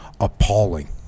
appalling